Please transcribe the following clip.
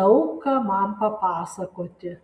daug ką man papasakoti